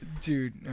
dude